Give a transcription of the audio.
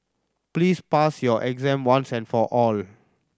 please pass your exam once and for all